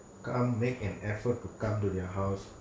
come make an effort to come to their house